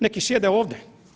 Neki sjede ovde.